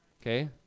Okay